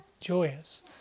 joyous